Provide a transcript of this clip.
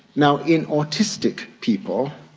now, in autistic people,